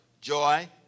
joy